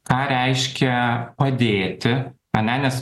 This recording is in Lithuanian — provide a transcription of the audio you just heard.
ką reiškia padėti ane nes